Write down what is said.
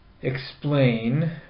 explain